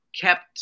kept